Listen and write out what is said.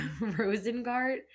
Rosengart